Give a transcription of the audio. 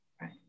Right